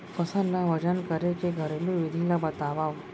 फसल ला वजन करे के घरेलू विधि ला बतावव?